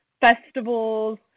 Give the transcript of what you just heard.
festivals